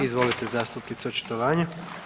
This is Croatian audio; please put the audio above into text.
Izvolite zastupnice, očitovanje.